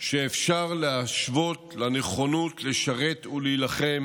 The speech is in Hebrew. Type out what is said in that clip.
שאפשר להשוות לנכונות לשרת ולהילחם